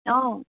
অ'